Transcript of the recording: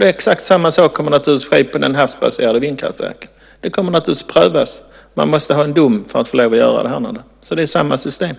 Exakt samma sak kommer naturligtvis att ske när det gäller de havsbaserade vindkraftverken. Det kommer att prövas. Man måste ha en dom för att få göra detta. Det är samma system.